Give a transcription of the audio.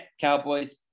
Cowboys